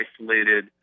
isolated